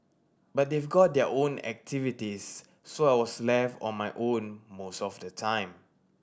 but they've got their own activities so I was left on my own most of the time